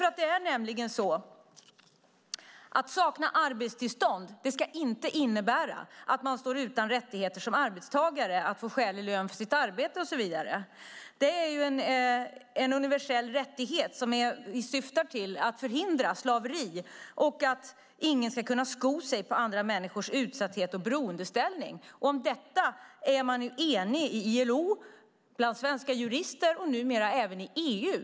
Att man saknar arbetstillstånd ska inte innebära att man som arbetstagare står utan rättighet att få skälig lön för sitt arbete. Det är en universell rättighet som syftar till att förhindra slaveri och att garantera att ingen ska kunna sko sig på andra människors utsatthet och beroendeställning. Om detta är man enig i ILO, bland svenska jurister och numera även i EU.